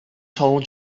total